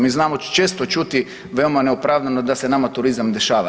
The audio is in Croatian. Mi znamo često čuti veoma neopravdano da se nama turizam dešava.